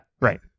Right